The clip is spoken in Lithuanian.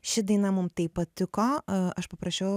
ši daina mum taip patiko aš paprašiau